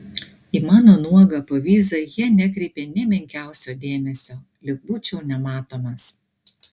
į mano nuogą povyzą jie nekreipė nė menkiausio dėmesio lyg būčiau nematomas